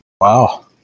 Wow